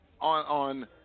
On